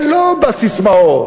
ולא בססמאות,